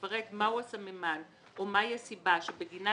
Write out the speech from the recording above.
לפרט מהו הסממן או מהי הסיבה שבגינה